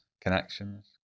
connections